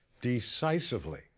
decisively